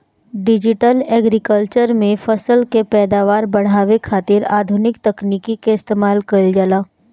digital agriculture में फसल के पैदावार बढ़ावे खातिर आधुनिक तकनीकी के इस्तेमाल कईल जाला